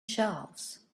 shelves